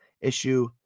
issue